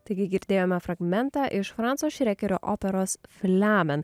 taigi girdėjome fragmentą iš franso šrekerio operos fliamen